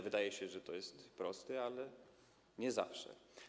Wydaje się, że to jest proste, ale nie zawsze.